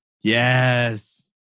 Yes